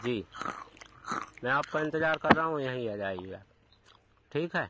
जी मैं आपका इंतज़ार कर रहा हूँ यही आ जाइए आप ठीक है